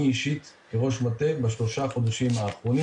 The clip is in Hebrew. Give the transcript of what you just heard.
אני אישית כראש מטה בשלושה החודשים האחרונים